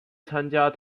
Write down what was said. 参加